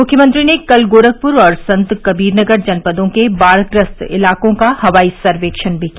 मुख्यमंत्री ने कल गोरखपुर और संतकबीर नगर जनपदों के बाढ़ग्रस्त इलाकों का हवाई सर्वेक्षण भी किया